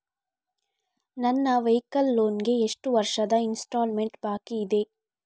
ನನ್ನ vehicle loan ಗೆ ಎಷ್ಟು ವರ್ಷದ ಇನ್ಸ್ಟಾಲ್ಮೆಂಟ್ ಬಾಕಿ ಇದೆ?